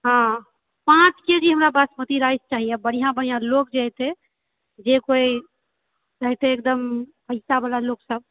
हँ पाँच K G हमरा बासमती राइस चाही बढ़ियाॅं बढ़ियाॅं जे लोग एतै जे कोई एतै एकदम पैसा वाला लोक सब